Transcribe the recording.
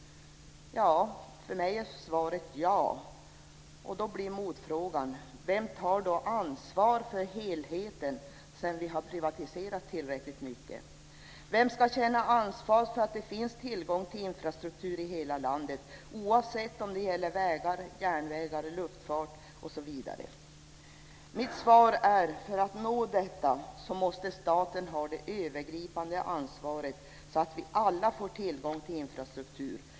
För mig är svaret ja. Då blir motfrågan denna: Vem tar ansvaret för helheten sedan vi har privatiserat? Vem ska känna ansvar för att hela landet ska ha tillgång till infrastruktur, oavsett om det gäller vägar, järnvägar, luftfart eller något annat? Mitt svar är att staten måste ha det övergripande ansvaret för att vi ska nå detta. Då får vi alla tillgång till infrastruktur.